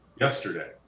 yesterday